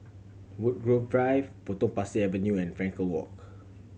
Woodgrove Drive Potong Pasir Avenue and Frankel Walk